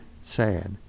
sad